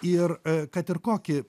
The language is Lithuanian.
ir kad ir kokį